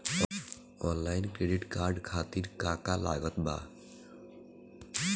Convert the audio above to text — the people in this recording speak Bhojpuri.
आनलाइन क्रेडिट कार्ड खातिर का का लागत बा?